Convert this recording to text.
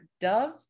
Dove